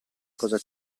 cosa